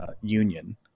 union